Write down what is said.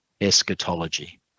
eschatology